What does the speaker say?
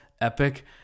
epic